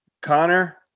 Connor